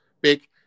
big